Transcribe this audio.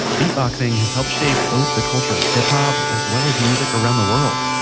beatboxing has helped shape both the culture of hip hop as well as music around the world.